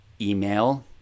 email